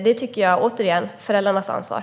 Det tycker jag är föräldrarnas ansvar.